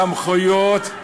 מקורי מאוד,